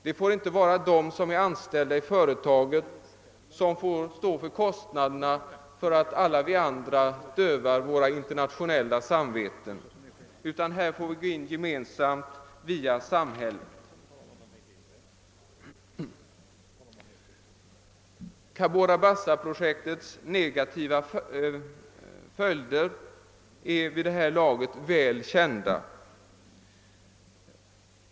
Det får inte vara så, att det är de som är anställda i företaget som får stå för kostnaderna för att vi andra tillmötesgår våra internationella samveten, utan här får vi gå in gemensamt via samhället. Cabora Bassa-projektets negativa följder är vid det här laget välkända.